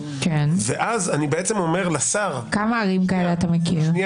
ואז אני אומר לשר שכל